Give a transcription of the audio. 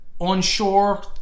onshore